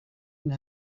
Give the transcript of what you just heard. این